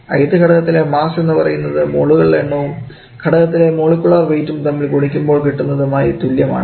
ith ഘടകത്തിലെ mass എന്നു പറയുന്നത് മോളുകളുടെഎണ്ണവും ഘടകത്തിലെ മോളിക്കുലർ വെയ്റ്റ്യും തമ്മിൽ ഗുണിക്കുമ്പോൾ കിട്ടുന്നതും ആയി തുല്യമാണ്